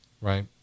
right